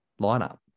lineup